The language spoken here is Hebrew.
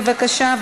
בבקשה,